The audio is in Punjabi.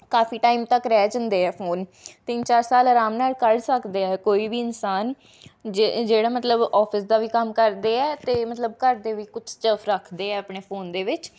ਕਾਫੀ ਟਾਈਮ ਤੱਕ ਰਿਹਾ ਜਾਂਦੇ ਆ ਫੋਨ ਤਿੰਨ ਚਾਰ ਸਾਲ ਆਰਾਮ ਨਾਲ ਕੱਢ ਸਕਦੇ ਹੈ ਕੋਈ ਵੀ ਇਨਸਾਨ ਜਿ ਜਿਹੜਾ ਮਤਲਬ ਔਫਿਸ ਦਾ ਵੀ ਕੰਮ ਕਰਦੇ ਹੈ ਅਤੇ ਮਤਲਬ ਘਰਦੇ ਵੀ ਕੁਝ ਸਟੱਫ ਰੱਖਦੇ ਹੈ ਆਪਣੇ ਫੋਨ ਦੇ ਵਿੱਚ